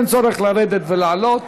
אין צורך לרדת ולעלות.